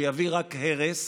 שיביא רק הרס,